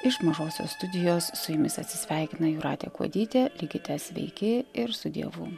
iš mažosios studijos su jumis atsisveikina jūratė kuodytė likite sveiki ir su dievu